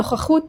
נוכחות